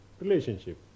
relationship